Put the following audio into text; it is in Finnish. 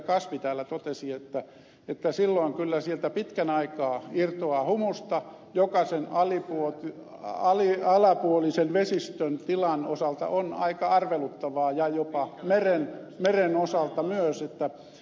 kasvi täällä totesi että silloin kyllä sieltä pitkän aikaa irtoaa humusta jokaisen alapuolisen vesistön tilan osalta mikä on aika arveluttavaa ja jopa meren osalta myös